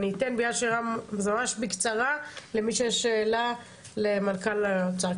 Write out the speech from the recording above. ממש בקצרה למי שיש שאלה למנכ"ל האוצר.